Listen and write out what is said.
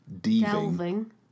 delving